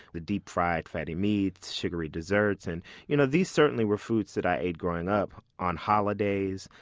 the deep-fried fatty meats, sugary desserts. and you know, these certainly were foods that i ate growing up on holidays,